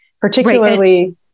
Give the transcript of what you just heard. particularly